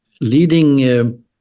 leading